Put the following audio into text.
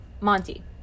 Monty